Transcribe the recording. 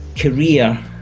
career